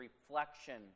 reflection